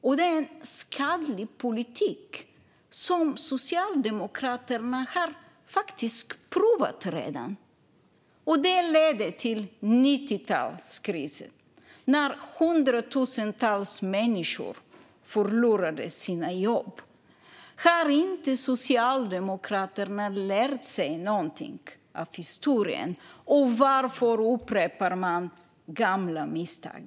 Detta är en skadlig politik som Socialdemokraterna faktiskt har provat redan. Det ledde till 90-talskrisen, där hundratusentals människor förlorade sina jobb. Har inte Socialdemokraterna lärt sig någonting av historien? Varför upprepar man gamla misstag?